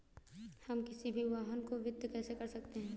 हम किसी भी वाहन को वित्त कैसे कर सकते हैं?